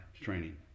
training